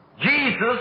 Jesus